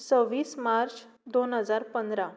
सव्वीस मार्च दोन हजार पंदरा